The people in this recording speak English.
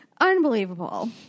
unbelievable